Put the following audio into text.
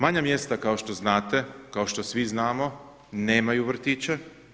Manja mjesta kao što znate, kao što svi znamo nemaju vrtiće.